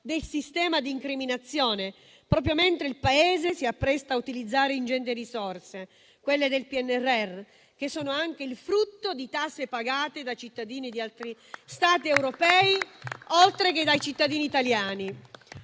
del sistema di incriminazione, proprio mentre il Paese si appresta a utilizzare ingenti risorse, quelle del PNNR, che sono anche il frutto di tasse pagate da cittadini di altri Stati europei, oltre che dai cittadini italiani.